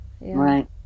Right